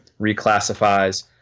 reclassifies